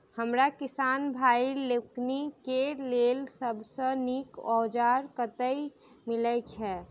हमरा किसान भाई लोकनि केँ लेल सबसँ नीक औजार कतह मिलै छै?